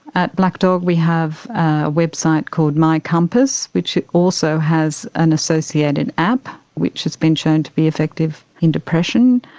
at black dog we have a website called mycompass, which also has an associated app which has been shown to be effective in depression.